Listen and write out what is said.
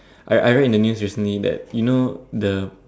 I I read in the news recently that you know the